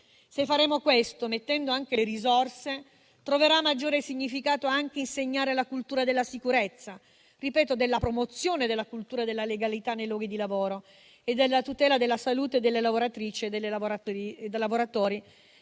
Se faremo questo, mettendo anche le risorse, troverà maggiore significato anche insegnare la cultura della sicurezza, della promozione della cultura della legalità nei luoghi di lavoro e della tutela della salute delle lavoratrici e dei lavoratori,